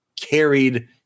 carried